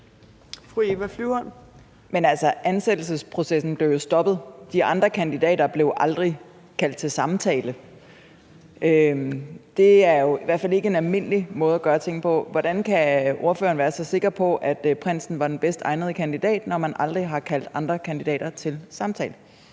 ansættelsesprocessen blev jo stoppet. De andre kandidater blev aldrig kaldt til samtale. Det er jo i hvert fald ikke en almindelig måde at gøre tingene på. Hvordan kan ordføreren være så sikker på, at prinsen var den bedst egnede kandidat, når man aldrig har kaldt andre kandidater til samtale?